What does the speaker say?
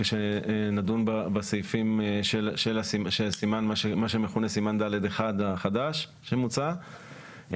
כשנדון בסעיפים של מה שמכונה סימן ד'1 החדש שמוצע.